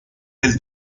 del